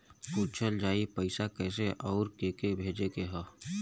पूछल जाई पइसा कैसे अउर के के भेजे के हौ